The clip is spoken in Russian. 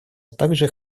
также